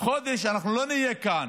חודש אנחנו לא נהיה כאן,